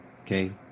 okay